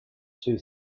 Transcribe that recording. two